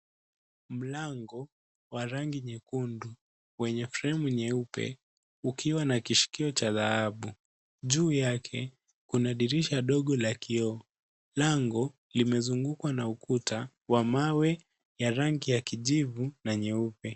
Mlango wa rangi nyekundu wenye fremu nyeupe ukiwa na kishikio cha dhahabu. Juu yake una dirisha dogo la kioo lango limezungukwa na ukuta wa mawe ya rangi ya kijivu na nyeupe.